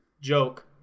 Joke